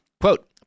Quote